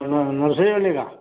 नर्सरीवाले का